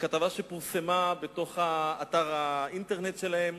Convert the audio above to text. בכתבה שפורסמה באתר האינטרנט שלהם,